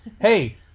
Hey